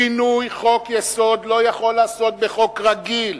שינוי חוק-יסוד לא יכול להיעשות בחוק רגיל